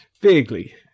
Vaguely